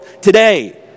today